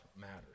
matters